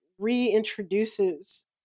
reintroduces